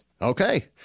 Okay